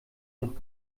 noch